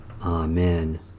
Amen